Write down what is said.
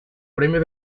premio